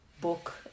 book